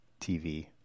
TV